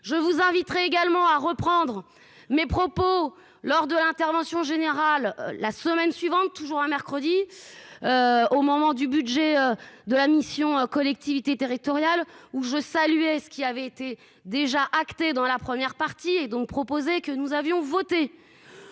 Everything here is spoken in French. Je vous inviterai également à reprendre mes propos lors de l'intervention générale la semaine suivante toujours un mercredi. Au moment du budget de la mission collectivités territoriales ou je saluais ce qui avait été déjà acté dans la première partie et donc proposé que nous avions voté.